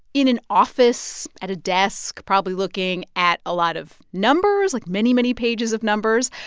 in an office at a desk, probably looking at a lot of numbers, like, many, many pages of numbers.